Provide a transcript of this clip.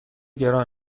گران